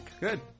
Good